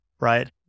Right